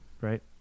right